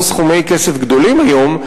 לא סכומי כסף גדולים היום,